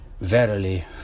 Verily